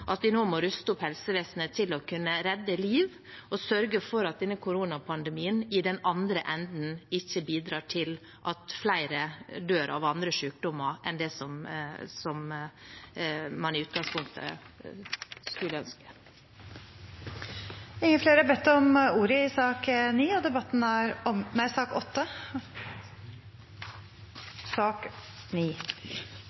Nå må vi ruste opp helsevesenet til å kunne redde liv og sørge for at denne koronapandemien i den andre enden ikke bidrar til at flere dør av andre sykdommer enn det man i utgangspunktet skulle ønske. Flere har ikke bedt om ordet til sak nr. 9. Etter ønske fra familie- og kulturkomiteen vil presidenten ordne debatten